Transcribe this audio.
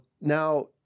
Now